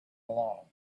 along